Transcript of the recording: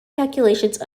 calculations